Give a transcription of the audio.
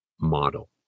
model